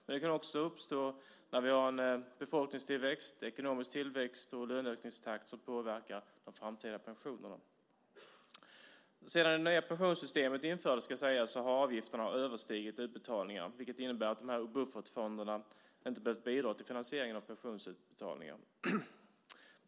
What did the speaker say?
Men de kan också uppstå när vi har en befolkningstillväxt, ekonomisk tillväxt och löneökningstakt som påverkar de framtida pensionerna. Sedan det nya pensionssystemet infördes har avgifterna överstigit utbetalningarna, vilket innebär att dessa buffertfonder inte har behövt bidra till finansieringen av pensionsutbetalningarna.